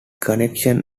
connection